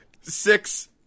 Six